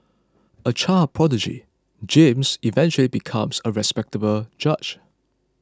a child prodigy James eventually becomes a respectable judge